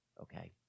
Okay